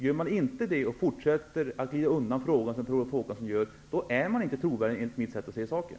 Gör man inte det och fortsätter att glida undan frågan, som Per Olof Håkansson gör, är man inte trovärdig enligt mitt sätt att se på saken.